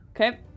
Okay